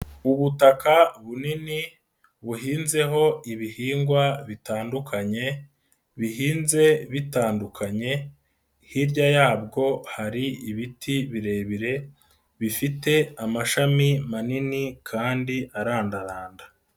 Ubutaka bunini buhinzeho ibihingwa bitandukanye, bihinze bitandukanye, hirya yabwo hari ibiti birebire, bifite amashami manini kandi arandaranda.